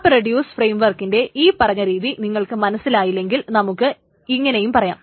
map reduce ഫ്രെയിംവർക്കിന്റെ ഈ പറഞ്ഞ രീതി നിങ്ങൾക്ക് മനസ്സിലായില്ലെങ്കിൽ നമുക്ക് ഇങ്ങനെയും പറയാം